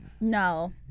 No